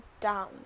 down